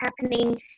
happening